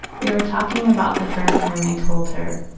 we were talking about the first time i told her,